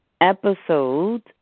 episode